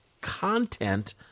content